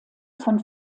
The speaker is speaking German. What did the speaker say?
von